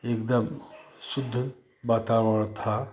एकदम शुद्ध वातावरण था